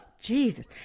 Jesus